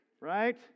right